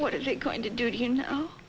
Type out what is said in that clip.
what is it going to do to you know